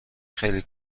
خیلی